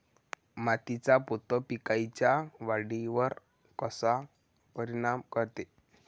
मातीचा पोत पिकाईच्या वाढीवर कसा परिनाम करते?